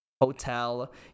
hotel